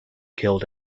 killed